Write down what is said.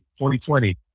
2020